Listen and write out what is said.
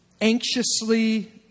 anxiously